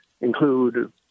include